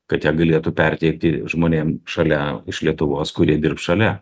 kad jie galėtų perteikti žmonėm šalia iš lietuvos kurie dirbs šalia